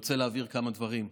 אני רוצה להבהיר כמה דברים: